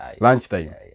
Lunchtime